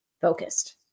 focused